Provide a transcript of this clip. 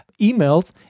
emails